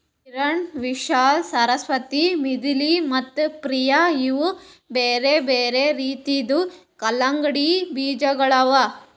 ಕಿರಣ್, ವಿಶಾಲಾ, ಸರಸ್ವತಿ, ಮಿಥಿಳಿ ಮತ್ತ ಪ್ರಿಯ ಇವು ಬ್ಯಾರೆ ಬ್ಯಾರೆ ರೀತಿದು ಕಲಂಗಡಿ ಬೀಜಗೊಳ್ ಅವಾ